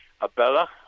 abella